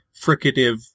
fricative